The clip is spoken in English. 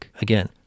Again